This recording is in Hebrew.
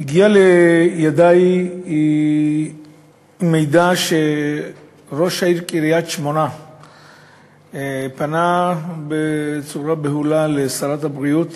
הגיע לידי מידע שראש העיר קריית-שמונה פנה בצורה בהולה לשרת הבריאות